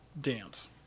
dance